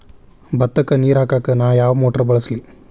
ಭತ್ತಕ್ಕ ನೇರ ಹಾಕಾಕ್ ನಾ ಯಾವ್ ಮೋಟರ್ ಬಳಸ್ಲಿ?